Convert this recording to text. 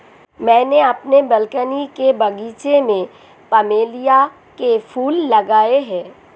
मैंने अपने बालकनी के बगीचे में प्लमेरिया के फूल लगाए हैं